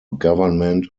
government